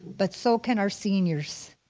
but so can our seniors.